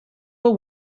were